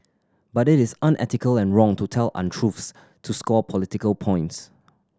but it is unethical and wrong to tell untruth to score political points